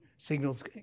signals